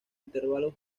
intervalos